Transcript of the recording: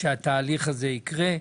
שהתהליך הזה יקרה.